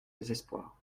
désespoir